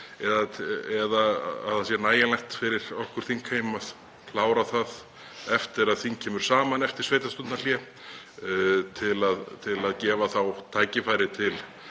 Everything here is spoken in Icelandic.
eða að það sé nægilegt fyrir þingheim að klára það eftir að þing kemur saman eftir sveitarstjórnarkosningahléið, gefa þá tækifæri til